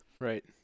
right